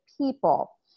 people